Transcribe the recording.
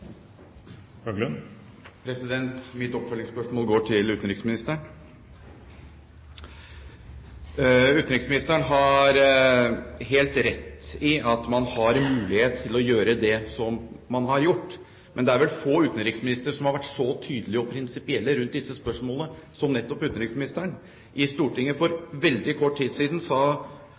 Mitt oppfølgingsspørsmål går til utenriksministeren. Utenriksministeren har helt rett i at man har mulighet til å gjøre det som man har gjort, men det er vel få utenriksministre som har vært så tydelige og prinsipielle rundt disse spørsmålene som nettopp utenriksministeren i Stortinget. For veldig kort tid siden sa